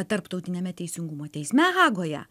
tarptautiniame teisingumo teisme hagoje